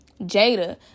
Jada